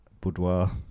boudoir